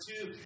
two